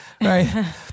Right